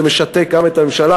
זה משתק גם את הממשלה,